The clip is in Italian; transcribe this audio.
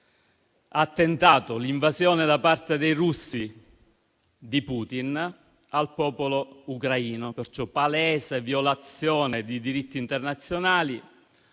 attentato, l'invasione, da parte dei russi di Putin, al popolo ucraino. Palese violazione di diritti internazionali: